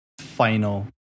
final